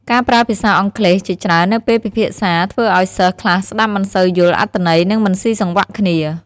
ការប្រើភាសាអង់គ្លេសជាច្រើននៅពេលពិភាក្សាធ្វើឱ្យសិស្សខ្លះស្តាប់មិនសូវយល់អត្ថន័យនិងមិនសុីសង្វាក់គ្នា។